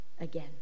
again